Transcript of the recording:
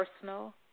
personal